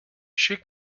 she